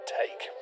take